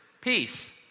peace